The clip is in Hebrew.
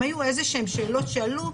אם היו שאלות שעלו,